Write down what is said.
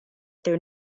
their